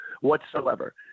whatsoever